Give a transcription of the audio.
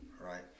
right